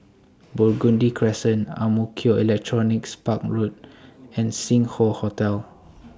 Burgundy Crescent Ang Mo Kio Electronics Park Road and Sing Hoe Hotel